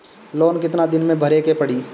Loan कितना दिन मे भरे के पड़ी?